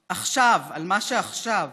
עכשיו, על מה שעכשיו.